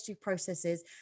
processes